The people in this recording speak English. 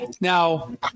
Now